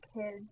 kids